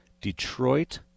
Detroit